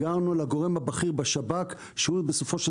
הגענו לגורם הבכיר בשב"כ שהוא בסופו של